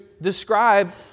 describe